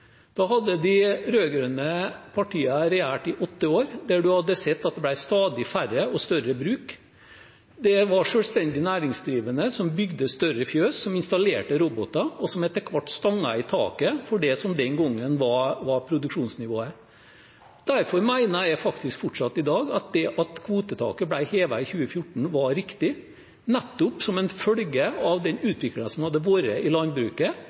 Da hadde de rød-grønne partiene regjert i åtte år, og en hadde sett at det ble stadig færre og større bruk. Det var selvstendig næringsdrivende som bygde større fjøs, installerte roboter og etter hvert stanget i taket for det som den gangen var produksjonsnivået. Derfor mener jeg fortsatt i dag at det at kvotetaket ble hevet i 2014, var riktig, nettopp som følge av den utviklingen som hadde vært i landbruket